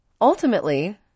Ultimately